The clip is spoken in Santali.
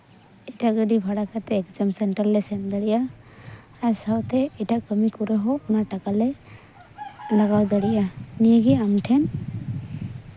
ᱮᱴᱟᱜ ᱜᱟᱹᱰᱤ ᱵᱷᱟᱲᱟ ᱠᱟᱛᱮᱫ ᱮᱠᱡᱟᱢ ᱥᱮᱱᱴᱟᱨ ᱞᱮ ᱥᱮᱱ ᱫᱟᱲᱮᱭᱟᱜᱼᱟ ᱥᱟᱶᱛᱮ ᱮᱴᱟᱜ ᱠᱟᱹᱢᱤ ᱠᱚᱨᱮ ᱦᱚ ᱚᱱᱟ ᱴᱟᱠᱟᱞᱮ ᱞᱟᱜᱟᱣ ᱫᱟᱲᱮᱭᱟᱜᱼᱟ ᱱᱤᱭᱟᱹᱜᱮ ᱟᱢ ᱴᱷᱮᱱ